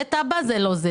זה תב"ע וזה לא.